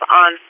on